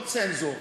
לא צנזור